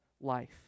life